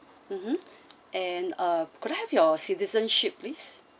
mmhmm and uh could I have your citizenship please